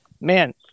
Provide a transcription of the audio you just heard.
Man